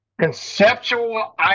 conceptual